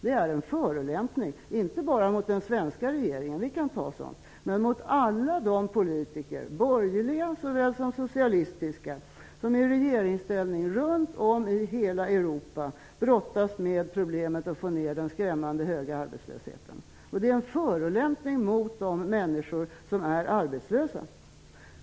Den är en förolämpning inte bara mot den svenska regeringen -- vi kan ta sådant --, men mot alla de politiker, borgerliga såväl som socialistiska, som i regeringsställning runt om i hela Europa brottas med problemet att få ned den skrämmande höga arbetslösheten. Motionen är en förolämpning mot de människor som är arbetslösa.